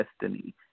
destiny